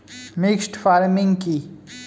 Mixed farming কি?